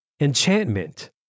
enchantment